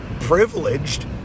privileged